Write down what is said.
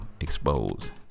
expose